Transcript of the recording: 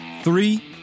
Three